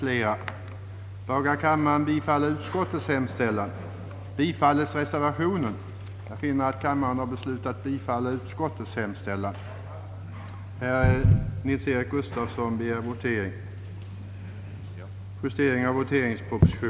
Bland annat skulle bil med effektivt bromsad släpvagn undantagslöst få föras med högst 70 i stället för som nu i vissa fall med högst 50 km/tim.